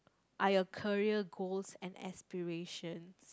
I a career goals and expirations